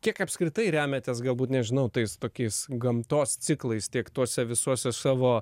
kiek apskritai remiatės galbūt nežinau tais tokiais gamtos ciklais tiek tuose visuose savo